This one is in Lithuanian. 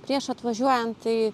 prieš atvažiuojan tai